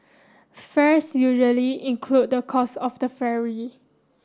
fares usually include the cost of the ferry